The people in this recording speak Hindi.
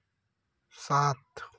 सात